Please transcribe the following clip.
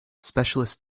specialist